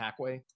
hackway